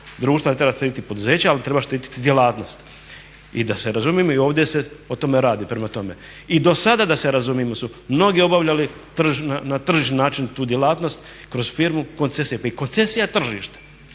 društva, ne treba štiti poduzeća ali treba štiti djelatnost. I da se razumijemo i ovdje se o tome radi. I dosada da se razumijemo su mnogi obavljali na tržišni način tu djelatnost kroz firmu koncesija. I koncesija je tržište.